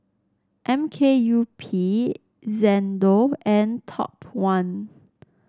M K U P Xndo and Top One